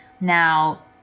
now